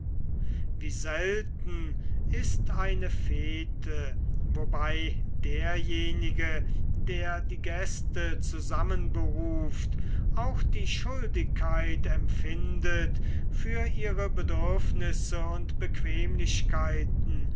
wie selten ist eine fete wobei derjenige der die gäste zusammenberuft auch die schuldigkeit empfindet für ihre bedürfnisse und bequemlichkeiten